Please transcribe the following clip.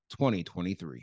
2023